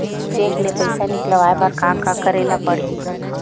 Cheque ले पईसा निकलवाय बर का का करे ल पड़हि?